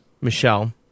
Michelle